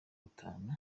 batanu